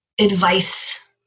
advice